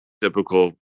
typical